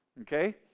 okay